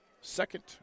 Second